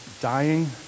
dying